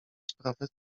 sprawę